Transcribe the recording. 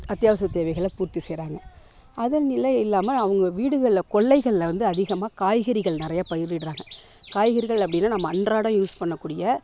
அத்தியாவசிய தேவைகளை பூர்த்தி செய்கிறாங்க அதன்னிலை இல்லாமல் அவங்க வீடுகளில் கொல்லைகள்ல வந்து அதிகமாக காய்கறிகள் நிறைய பயிரிடறாங்க காய்கறிகள் அப்படின்னா நம்ம அன்றாடம் யூஸ் பண்ணக்கூடிய